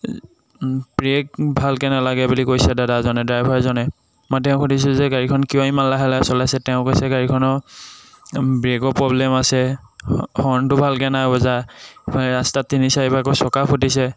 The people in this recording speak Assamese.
ব্ৰে'ক ভালকৈ নালাগে বুলি কৈছে দাদাজনে ড্ৰাইভাৰজনে মই তেওঁক সুধিছোঁ যে গাড়ীখন কিয় ইমান লাহে লাহে চলাইছে তেওঁ কৈছে গাড়ীখনৰ ব্ৰে'কৰ প্ৰব্লেম আছে হৰ্ণটো ভালকৈ নাই বজা ৰাস্তাত তিনি চাৰিবাৰকৈ চকা ফুটিছে